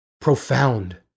profound